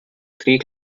three